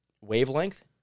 wavelength